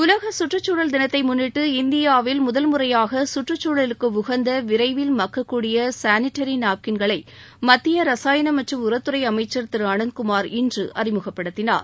உலக கற்றுச் சூழல் தினத்தை முன்னிட்டு இந்தியாவில் முதல் முறையாக சுற்றுச் சூழலுக்கு உகந்த விரைவில் மக்கக்கூடிய சானட்டிரி நாப்கின்களை மத்திய ரசாயன மற்றும் உரத்துறை அளமக்சர் திரு அனந்த்குமார் இன்று அறிமுகப்படுத்தினார்